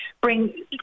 bring